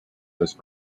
this